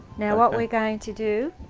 now what we're going to do,